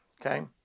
okay